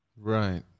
Right